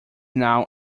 now